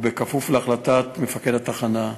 כפוף להחלטת מפקד התחנה.